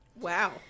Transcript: wow